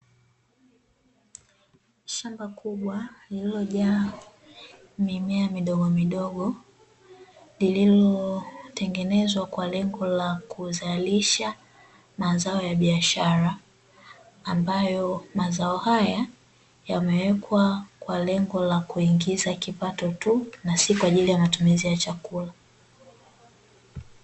Shamba kubwa lililojaa mimea midogo midogo lililotengenezwa kwa lengo la kuzalisha mazao ya biashara ambayo mazao haya yamewekwa kwa lengo la kuingiza kipato tu na si kwa ajili ya matumizi ya chakula .